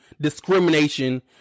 discrimination